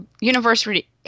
university